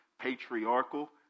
patriarchal